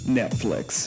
netflix